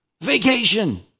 vacation